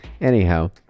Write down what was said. anyhow